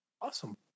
Awesome